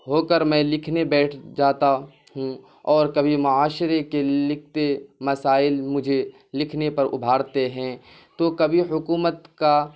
ہو کر میں لکھنے بیٹھ جاتا ہوں اور کبھی معاشرے کے لکھتے مسائل مجھے لکھنے پر ابھارتے ہیں تو کبھی حکومت کا